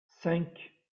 cinq